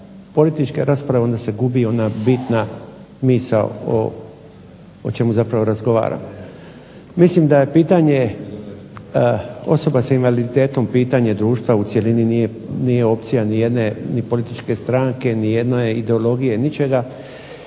političke rasprave onda se gubi ona bitna misao o čemu zapravo razgovaramo. Mislim da je pitanje osobA sa invaliditetom pitanje društva u cjelini. Nije opcija nijedne političke stranke nijedne ideologije, ničega